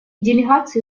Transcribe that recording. делегации